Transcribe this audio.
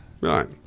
Right